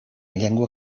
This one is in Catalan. llengua